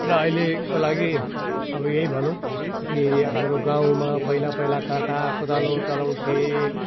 र अहिलेको लागि अब यही भनौँ कि हाम्रो गाउँमा पहिला पहिला काँटा कोदालो चलाउँथे